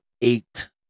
eight